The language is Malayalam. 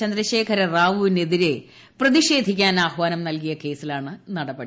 ചന്ദ്രശേഖര റാവുവിനെതിരെ പ്രതിഷേധിക്കാൻ ആഹ്വാനം നൽകിയ കേസിലാണ് നടപടി